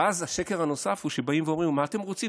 ואז השקר הנוסף הוא שאומרים: מה אתם רוצים,